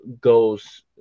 goes